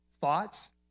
thoughts